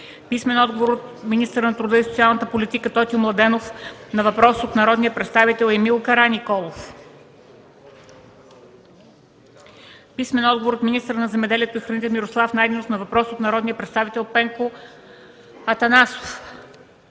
Михалевски; - министъра на труда и социалната политика Тотю Младенов на въпрос от народния представител Емил Караниколов; - министъра на земеделието и храните Мирослав Найденов на въпрос от народния представител Пенко Атанасов;